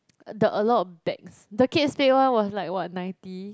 the a lot of bags the Kate Spade one was like what ninety